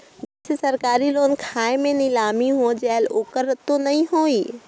जैसे सरकारी लोन खाय मे नीलामी हो जायेल ओकर तो नइ होही?